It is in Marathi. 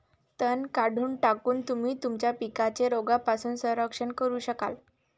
तण काढून टाकून, तुम्ही तुमच्या पिकांचे रोगांपासून संरक्षण करू शकाल